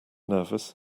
nervous